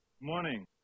Morning